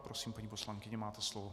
Prosím, paní poslankyně, máte slovo.